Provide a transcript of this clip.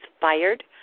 fired